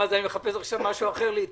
שם שלחו את הייעוץ המשפטי.